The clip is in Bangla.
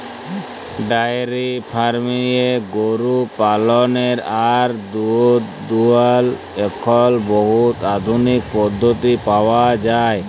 ডায়েরি ফার্মিংয়ে গরু পাললেরলে আর দুহুদ দুয়ালর এখল বহুত আধুলিক পদ্ধতি পাউয়া যায়